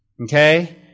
okay